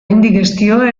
indigestioa